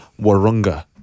warunga